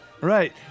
Right